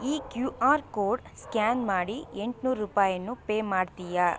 ಈ Q R code scan ಮಾಡಿ ಎಂಟುನೂರು ರೂಪಾಯಿಯನ್ನು ಪೇ ಮಾಡ್ತೀಯಾ